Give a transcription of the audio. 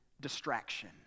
distraction